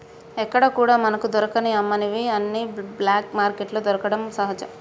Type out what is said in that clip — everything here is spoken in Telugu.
ఎక్కడా కూడా మనకు దొరకని అమ్మనివి అన్ని బ్లాక్ మార్కెట్లో దొరకడం సహజం